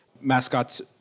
Mascots